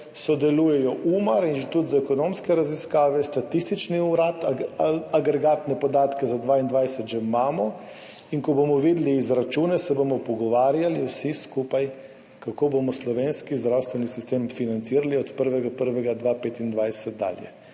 sodelujejo Umar, Inštitut za ekonomske raziskave, Statistični urad. Agregatne podatke za 2022 že imamo. In ko bomo videli izračune, se bomo pogovarjali vsi skupaj, kako bomo slovenski zdravstveni sistem financirali od 1. 1. 2025 dalje.